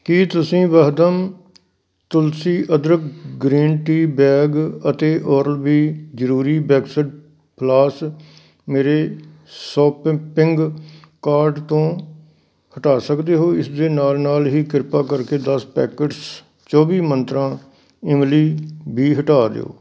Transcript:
ਕੀ ਤੁਸੀਂ ਵਾਹਦਮ ਤੁਲਸੀ ਅਦਰਕ ਗ੍ਰੀਨ ਟੀ ਬੈਗ ਅਤੇ ਓਰਲਬੀ ਜ਼ਰੂਰੀ ਵੈਕਸਡ ਫਲਾਸ ਮੇਰੇ ਸ਼ੋਪੰਪਿੰਗ ਕਾਰਟ ਤੋਂ ਹਟਾ ਸਕਦੇ ਹੋ ਇਸ ਦੇ ਨਾਲ ਨਾਲ ਹੀ ਕ੍ਰਿਪਾ ਕਰਕੇ ਦਸ ਪੈਕੇਟਸ ਚੌਵੀ ਮੰਤਰਾਂ ਇਮਲੀ ਵੀ ਹਟਾ ਦਿਓ